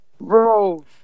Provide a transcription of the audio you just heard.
bro